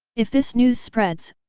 if this news spreads,